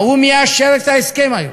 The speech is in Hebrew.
האו"ם מאשר את ההסכם היום,